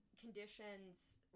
conditions